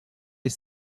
est